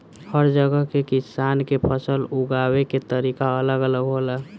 हर जगह के किसान के फसल उगावे के तरीका अलग अलग होला